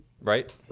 Right